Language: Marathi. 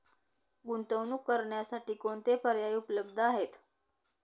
गुंतवणूक करण्यासाठी कोणते पर्याय उपलब्ध आहेत?